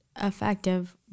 effective